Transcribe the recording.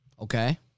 Okay